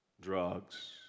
drugs